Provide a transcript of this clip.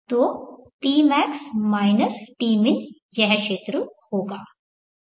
तो tmax minus tmin यह क्षेत्र होगा